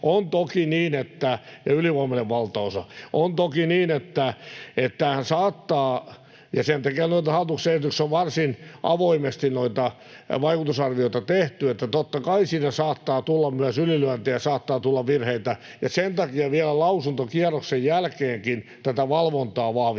Kyllä heillä varmaan ylivoimainen valtaosa on kuitenkin ihan rehellisiä. Sen takia hallituksen esityksessä on varsin avoimesti vaikutusarviota tehty, että totta kai siinä saattaa tulla myös ylilyöntejä, saattaa tulla virheitä, ja sen takia vielä lausuntokierroksen jälkeenkin tätä valvontaa vahvistettiin.